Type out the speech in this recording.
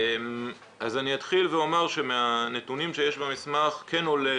אז אני אתחיל ואומר שמהנתונים שיש במסמך כן עולה